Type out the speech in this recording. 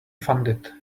funded